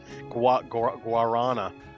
guarana